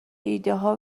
ایدهها